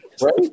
right